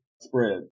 spread